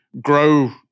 grow